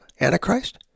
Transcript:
Antichrist